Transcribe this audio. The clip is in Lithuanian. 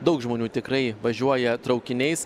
daug žmonių tikrai važiuoja traukiniais